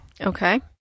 Okay